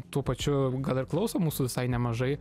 tuo pačiu gal ir klauso mūsų visai nemažai